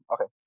Okay